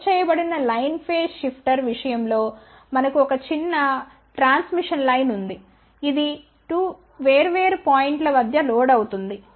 load చేయబడిన line phase shifter విషయం లో మనకు ఒక ట్రాన్స్మిషన్ లైన్ ఉంది ఇది 2 వేర్వేరు పాయింట్ల వద్ద లోడ్ అవుతుంది